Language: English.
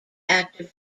active